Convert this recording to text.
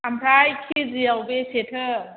ओमफ्राय किजियाव बेसेथो